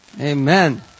Amen